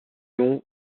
long